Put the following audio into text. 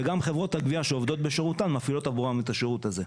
וגם חברות הגבייה שעובדות בשירותן מפעילות עבורן את השירות הזה.